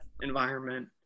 environment